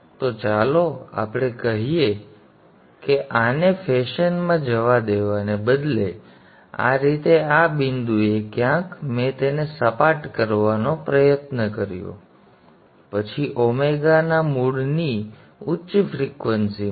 તો ચાલો આપણે કહીએ કે આને ફેશન માં જવા દેવાને બદલે આ રીતે આ બિંદુએ ક્યાંક મેં તેને સપાટ કરવાનો પ્રયત્ન કર્યો પછી ઓમેગાના મૂળની ઉચ્ચ ફ્રિક્વન્સી માં